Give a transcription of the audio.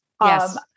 yes